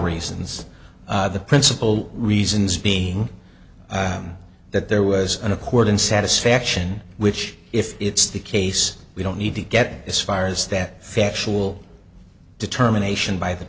reasons the principal reasons being that there was an accord and satisfaction which if it's the case we don't need to get this fire is that factual determination by the